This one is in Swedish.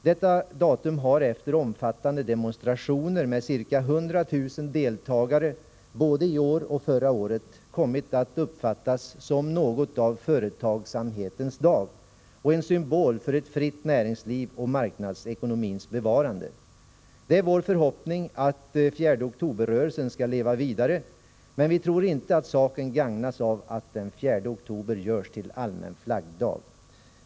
Detta datum har efter omfattande demonstrationer med ca 100 000 deltagare både i år och förra året kommit att uppfattas som något av företagsamhetens dag och en symbol för ett fritt näringsliv och marknadsekonomins bevarande. Det är vår förhoppning att 4 oktober-rörelsen skall leva vidare, men vi tror inte att saken gagnas av att den 4 oktober görs till allmän flaggdag.